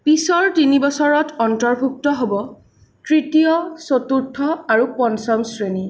পিছৰ তিনি বছৰত অন্তৰ্ভূক্ত হ'ব তৃতীয় চতুৰ্থ আৰু পঞ্চম শ্ৰেণী